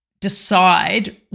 decide